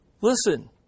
Listen